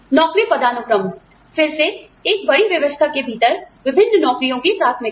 नौकरी पदानुक्रम फिर से एक बड़ी व्यवस्था के भीतर विभिन्न नौकरियों की प्राथमिकता